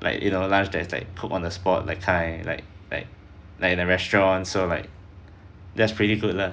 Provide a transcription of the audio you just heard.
like you know lunch that's like cook on the spot that kind like like like in a restaurant so like that's pretty good lah